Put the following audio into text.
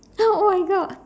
oh my god